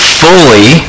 fully